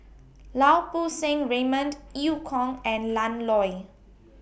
Lau Poo Seng Raymond EU Kong and Ian Loy